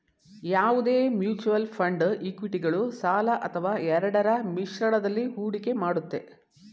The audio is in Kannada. ಯಾವುದೇ ಮ್ಯೂಚುಯಲ್ ಫಂಡ್ ಇಕ್ವಿಟಿಗಳು ಸಾಲ ಅಥವಾ ಎರಡರ ಮಿಶ್ರಣದಲ್ಲಿ ಹೂಡಿಕೆ ಮಾಡುತ್ತೆ